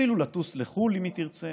ואפילו לטוס לחו"ל אם היא תרצה